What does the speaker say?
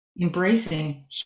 embracing